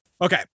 okay